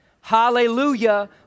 Hallelujah